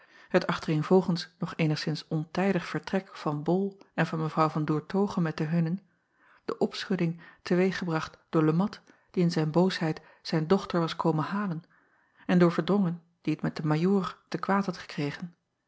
het achtereenvolgens nog eenigszins ontijdig vertrek van ol en van w an oertoghe met de hunnen de opschudding te weeg gebracht door e at die in zijn boosheid zijn dochter was komen halen en door erdrongen die t met den ajoor te kwaad had gekregen